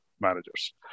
managers